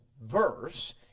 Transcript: verse